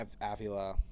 Avila